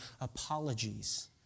apologies